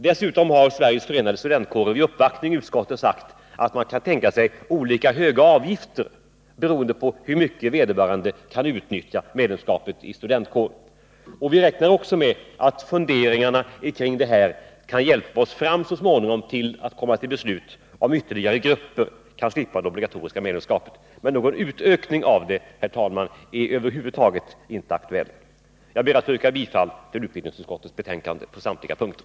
Dessutom har Sveriges förenade studentkårer vid uppvaktning i utskottet sagt att man kan tänka sig olika höga avgifter, beroende på hur mycket vederbörande kan utnyttja medlemskapet i studentkåren. Vi räknar med att funderingarna kring det här skall hjälpa oss fram så småningom till ett beslut som innebär att fler grupper kan slippa det obligatoriska medlemskapet. Någon utökning av det är över huvud taget inte 141 aktuell. Jag ber att få yrka bifall till utbildningsutskottets hemställan på samtliga punkter.